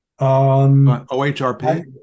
OHRP